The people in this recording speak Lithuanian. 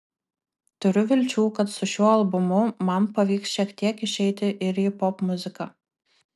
turiu vilčių kad su šiuo albumu man pavyks šiek tiek išeiti ir į popmuziką